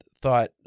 thought